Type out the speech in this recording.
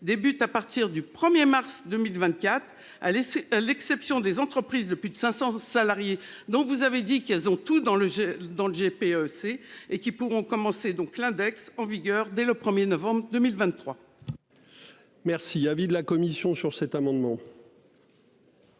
débute à partir du 1er mars 2024 a laissé à l'exception des entreprises de plus de 500 salariés, donc vous avez dit qu'ils ont tous dans le dans le GPEC et qui pourront commencer donc l'index en vigueur dès le 1er novembre 2023. Merci. Avis de la commission sur cet amendement.